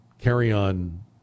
carry-on